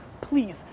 Please